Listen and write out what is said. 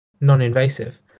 non-invasive